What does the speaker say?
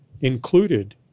included